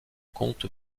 comte